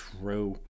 True